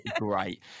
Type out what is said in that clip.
great